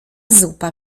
zupa